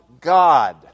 God